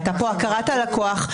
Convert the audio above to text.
הייתה פה הכרת הלקוח.